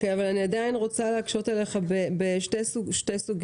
אבל אני עדיין רוצה להקשות עליך בשתי סוגיות.